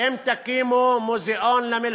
איזה החלטות?